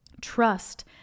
trust